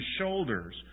shoulders